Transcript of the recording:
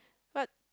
but